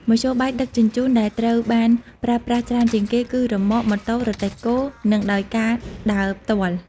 មធ្យោបាយដឹកជញ្ជូនដែលត្រូវបានប្រើប្រាស់ច្រើនជាងគេ គឺរ៉ឺម៉ក ម៉ូតូ រទេះគោ និងដោយការដើរផ្ទាល់។